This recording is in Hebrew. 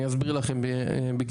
אני אסביר לכם בקצרה.